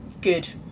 good